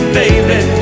baby